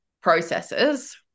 processes